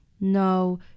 No